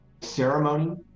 ceremony